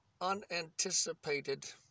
unanticipated